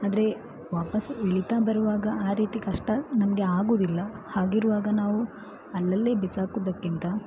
ಆದರೆ ವಾಪಸ್ಸು ಇಳೀತಾ ಬರುವಾಗ ಆ ರೀತಿ ಕಷ್ಟ ನಮಗೆ ಆಗುವುದಿಲ್ಲ ಹಾಗಿರುವಾಗ ನಾವು ಅಲ್ಲಲ್ಲೇ ಬಿಸಾಕುವುದಕ್ಕಿಂತ